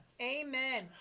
Amen